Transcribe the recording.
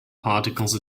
particles